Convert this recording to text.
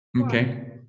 Okay